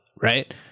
right